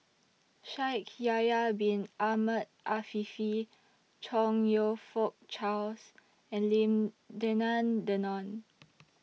Shaikh Yahya Bin Ahmed Afifi Chong YOU Fook Charles and Lim Denan Denon